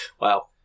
Wow